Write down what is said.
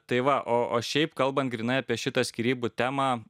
tai va o o šiaip kalbant grynai apie šitą skyrybų temą